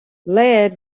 lead